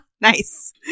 Nice